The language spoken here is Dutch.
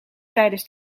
tijdens